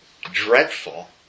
dreadful